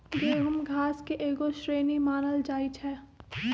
गेहूम घास के एगो श्रेणी मानल जाइ छै